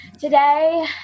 today